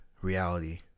reality